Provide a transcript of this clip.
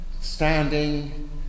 standing